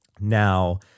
Now